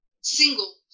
single